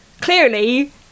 clearly